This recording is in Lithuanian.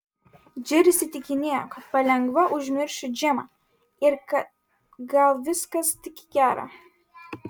džeris įtikinėjo kad palengva užmiršiu džemą ir kad gal viskas tik į gera